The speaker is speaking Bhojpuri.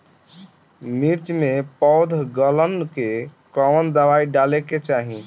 मिर्च मे पौध गलन के कवन दवाई डाले के चाही?